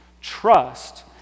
trust